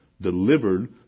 Delivered